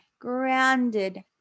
grounded